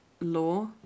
law